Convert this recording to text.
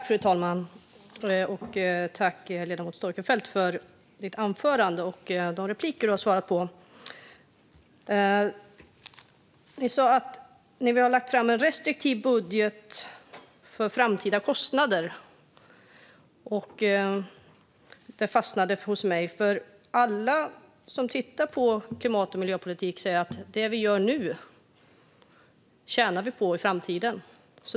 Fru talman! Jag tackar ledamoten Storckenfeldt för hennes anförande och repliker med svar. Du sa att ni har lagt fram en restriktiv budget för framtida kostnader. Det fastnade hos mig. Alla som ägnar sig åt klimat och miljöpolitik säger nämligen att det som vi gör nu tjänar vi på i framtiden.